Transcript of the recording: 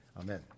Amen